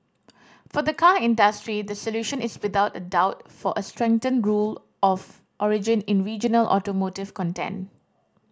for the car industry the solution is without a doubt for a strengthened rule of origin in regional automotive content